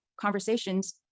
conversations